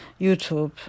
YouTube